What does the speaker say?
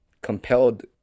compelled